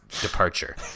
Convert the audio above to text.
departure